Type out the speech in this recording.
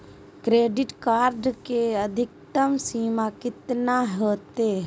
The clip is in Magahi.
क्रेडिट कार्ड के अधिकतम सीमा कितना होते?